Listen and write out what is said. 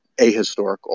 ahistorical